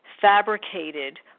fabricated